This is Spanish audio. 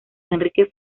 enrique